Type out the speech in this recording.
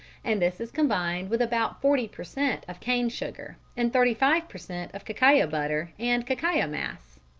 and this is combined with about forty per cent. of cane sugar and thirty five per cent. of cacao butter and cacao mass.